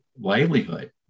livelihood